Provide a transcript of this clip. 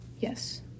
yes